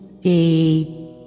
day